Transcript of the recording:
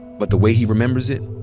but the way he remembers it,